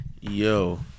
Yo